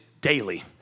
daily